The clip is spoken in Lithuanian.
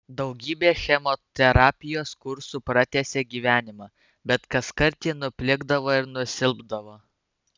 daugybė chemoterapijos kursų pratęsė gyvenimą bet kaskart ji nuplikdavo ir nusilpdavo